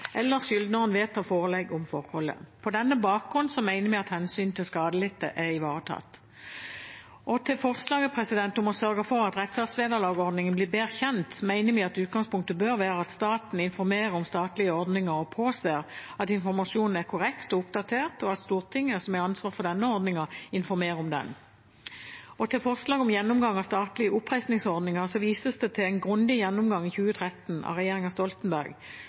vedtar forelegg om forholdet. På denne bakgrunn mener vi at hensynet til skadelidte er ivaretatt. Til forslaget om å sørge for at rettferdsvederlagsordningen blir bedre kjent, mener vi at utgangspunktet bør være at staten informerer om statlige ordninger og påser at informasjonen er korrekt og oppdatert, og at Stortinget, som har ansvar for denne ordningen, informerer om den. Til forslaget om gjennomgang av statlige oppreisningsordninger, så vises det til en grundig gjennomgang i 2013 av regjeringen Stoltenberg,